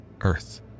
Earth